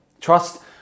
Trust